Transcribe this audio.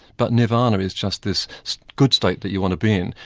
but nirvana is just this good state that you want to be in,